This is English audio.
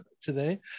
today